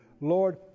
Lord